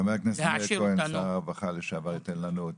ח"כ מאיר כהן, שר הרווחה לשעבר ייתן לנו.